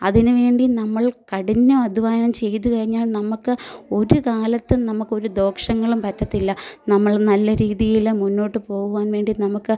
അതിനുവേണ്ടി നമ്മൾ കഠിന അധ്വാനം ചെയ്തു കഴിഞ്ഞാൽ നമ്മൾക്ക് ഒരുകാലത്തും നമ്മൾക്കൊരു ദോഷങ്ങളും പറ്റത്തില്ല നമ്മൾ നല്ല രീതിയിൽ മുന്നോട്ടു പോകുവാൻ വേണ്ടി നമുക്ക്